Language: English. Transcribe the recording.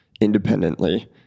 independently